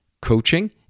coaching